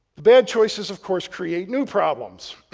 the bad choices of course create new problems